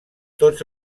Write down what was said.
tots